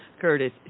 Curtis